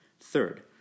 Third